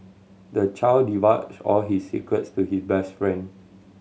the child divulged all his secrets to his best friend